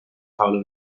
paolo